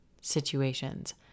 situations